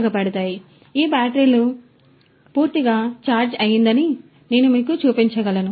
కాబట్టి ఈ బ్యాటరీలు కాబట్టి ఈ బ్యాటరీ పూర్తిగా ఛార్జ్ అయ్యిందని నేను మీకు చూపించగలను